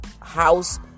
house